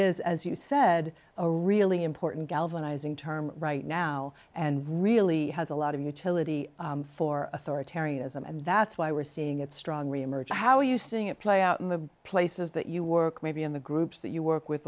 is as you said a really important galvanizing term right now and really has a lot of utility for authoritarianism and that's why we're seeing it strong reemerge how are you seeing it play out in the places that you work maybe in the groups that you work with